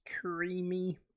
creamy